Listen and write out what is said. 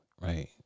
right